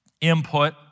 input